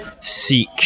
seek